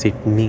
Sydney